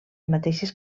mateixes